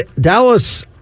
Dallas